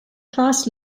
class